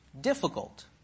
difficult